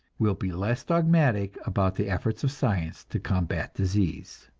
will be less dogmatic about the efforts of science to combat disease.